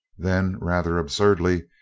then, rather absurdly,